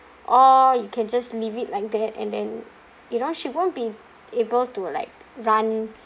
or you can just leave it like that and then you know she won't be able to like run